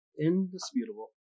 Indisputable